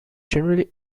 generally